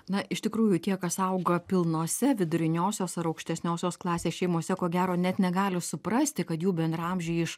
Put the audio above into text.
na iš tikrųjų tie kas auga pilnose viduriniosios ar aukštesniosios klasės šeimose ko gero net negali suprasti kad jų bendraamžiai iš